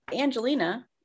Angelina